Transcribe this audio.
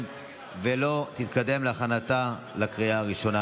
ולא תתקדם להכנתה לקריאה הראשונה.